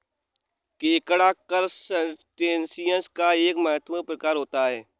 केकड़ा करसटेशिंयस का एक महत्वपूर्ण प्रकार होता है